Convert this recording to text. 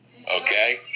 okay